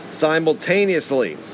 Simultaneously